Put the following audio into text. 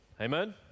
Amen